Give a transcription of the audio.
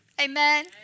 Amen